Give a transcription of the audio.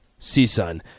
CSUN